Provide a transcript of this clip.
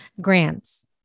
Grants